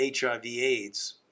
HIV-AIDS